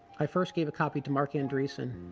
i first gave a copy to mark andreessen,